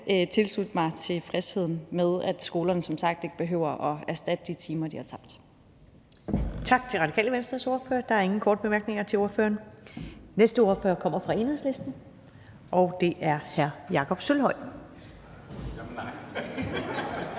tilslutte mig tilfredsheden med, at skolerne som sagt ikke behøver at erstatte de timer, de har tabt.